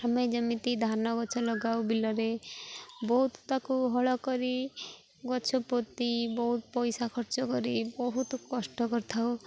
ଆମେ ଯେମିତି ଧାନ ଗଛ ଲଗାଉ ବିଲରେ ବହୁତ ତାକୁ ହଳ କରି ଗଛ ପୋତି ବହୁତ ପଇସା ଖର୍ଚ୍ଚ କରି ବହୁତ କଷ୍ଟ କରିଥାଉ